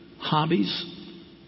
hobbies